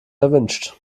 erwünscht